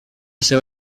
seva